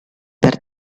per